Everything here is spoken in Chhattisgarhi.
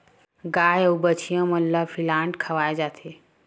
गाय अउ बछिया मन ल फीप्लांट खवाए जाथे